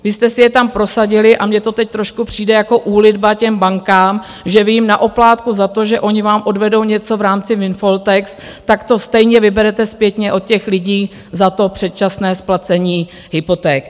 Vy jste si je tam prosadili a mně to teď trošku přijde jako úlitba těm bankám, že vy jim na oplátku za to, že ony vám odvedou něco v rámci windfall tax, tak to stejně vyberete zpětně od těch lidí za to předčasné splacení hypoték.